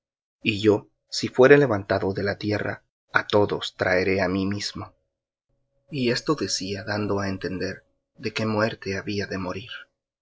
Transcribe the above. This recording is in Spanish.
y yo si fuere levantado de la tierra á todos traeré á mí mismo y esto decía dando á entender de qué muerte había de morir